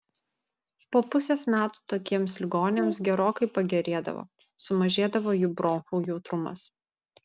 po pusės metų tokiems ligoniams gerokai pagerėdavo sumažėdavo jų bronchų jautrumas